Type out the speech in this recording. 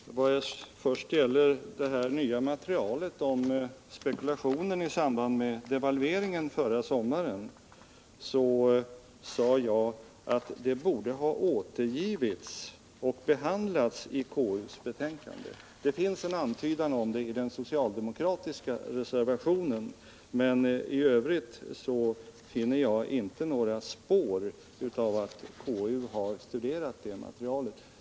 Herr talman! Först vill jag understryka att vad beträffar det nya materialet kring spekulationen i samband med devalveringen förra sommaren sade jag att det borde ha återgivits och behandlats i KU:s betänkande. Det finns en antydan om det i den socialdemokratiska reservationen, men i övrigt finner jag inte några spår av att konstitutionsutskottet studerat materialet.